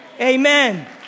Amen